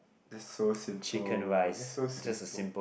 that's so simple that's so simple